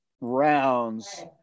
rounds